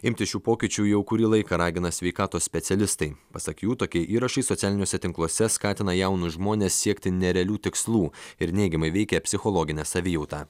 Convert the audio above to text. imtis šių pokyčių jau kurį laiką ragina sveikatos specialistai pasak jų tokie įrašai socialiniuose tinkluose skatina jaunus žmones siekti nerealių tikslų ir neigiamai veikia psichologinę savijautą